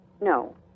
No